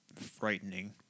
frightening